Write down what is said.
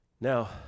now